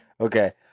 Okay